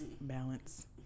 balance